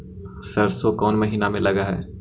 सरसों कोन महिना में लग है?